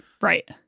right